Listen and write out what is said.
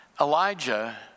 Elijah